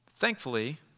thankfully